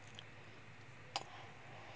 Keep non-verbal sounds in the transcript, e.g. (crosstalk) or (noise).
(noise)